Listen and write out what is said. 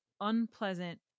unpleasant